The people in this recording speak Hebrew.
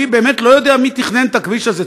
אני באמת לא יודע מי תכנן את הכביש הזה,